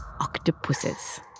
octopuses